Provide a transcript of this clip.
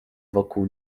wokół